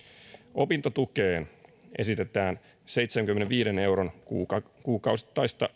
opintotukeen esitetään seitsemänkymmenenviiden euron kuukausittaista